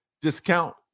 discount